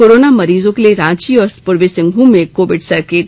corona मरीजों के लिए रांची और पूर्वी सिंहभूम में कोविड सर्किट